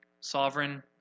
sovereign